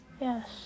Yes